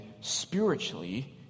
spiritually